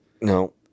no